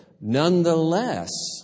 nonetheless